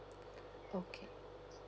okay